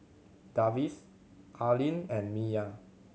Davis Arlyn and Miya